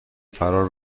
فرار